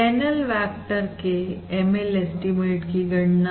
channel vector के ML estimate की गणना